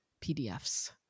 PDFs